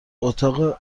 اتاق